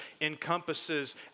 encompasses